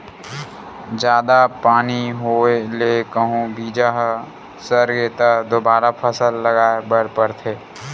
जादा पानी होए ले कहूं बीजा ह सरगे त दोबारा फसल लगाए बर परथे